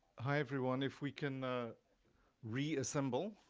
hi everyone, if we can reassemble.